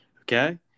okay